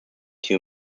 two